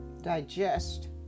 digest